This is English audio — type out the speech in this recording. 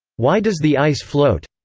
why does the ice float?